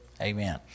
Amen